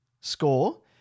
score